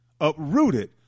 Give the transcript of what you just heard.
uprooted